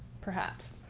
perhaps.